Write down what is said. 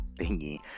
thingy